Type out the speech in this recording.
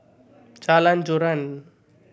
Jalan Joran